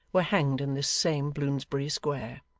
were hanged in this same bloomsbury square.